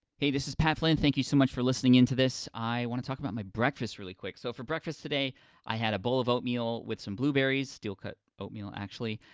hey this is pat flynn thank you so much for listening into this, i wanna talk about my breakfast really quick. so for breakfast today i had a bowl of oatmeal with some blueberries, steel-cut oatmeal actually,